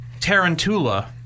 Tarantula